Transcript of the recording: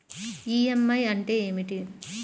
EMI అంటే ఏమిటి?